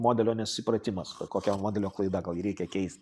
modelio nesusipratimas kokia modelio klaida gal jį reikia keist